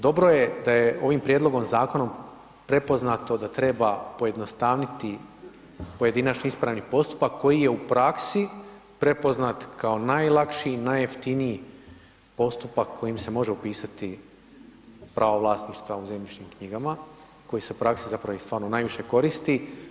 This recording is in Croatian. Dobro je da je ovim prijedlogom zakona, prepoznato da treba pojednostaviti pojedinačni ispravni postupak, koji je u praski prepoznat kao najlakši i najjeftiniji postupak koji se može upisati pravo vlasništva u zemljišnim knjigama, koji se u praksi zapravo i stvarno najviše koristi.